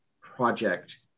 project